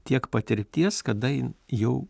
tiek patirties kada jin jau